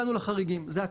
זה הכלל.